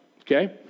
Okay